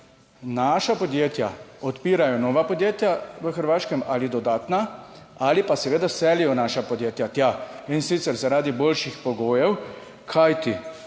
naša podjetja odpirajo nova podjetja na Hrvaškem ali dodatna ali pa seveda selijo naša podjetja tja, in sicer zaradi boljših pogojev. Kajti